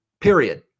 period